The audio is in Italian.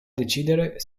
decidere